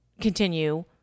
continue